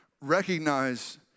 recognize